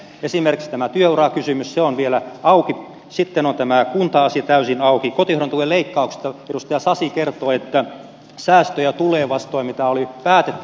esimerkiksi tämä työurakysymys on vielä auki sitten on tämä kunta asia täysin auki kotihoidon tuen leikkauksista edustaja sasi kertoi että säästöjä tulee vastoin mitä oli päätetty